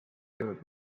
peavad